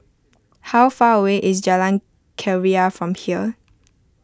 how far away is Jalan Keria from here